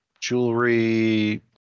Jewelry